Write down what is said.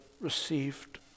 received